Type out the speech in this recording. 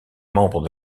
membre